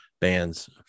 bands